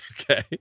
Okay